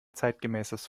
zeitgemäßes